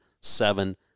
seven